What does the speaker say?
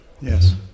Yes